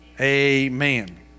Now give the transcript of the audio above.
amen